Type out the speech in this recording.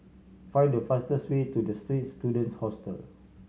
find the fastest way to The Straits Students Hostel